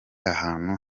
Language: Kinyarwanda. ahantu